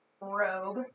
robe